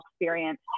experience